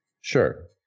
Sure